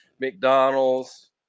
McDonald's